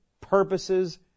purposes